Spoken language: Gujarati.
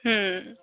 હ